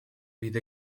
fydd